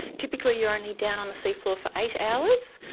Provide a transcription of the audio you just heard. typically you're only down on the seafloor for eight hours.